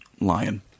lion